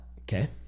Okay